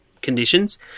conditions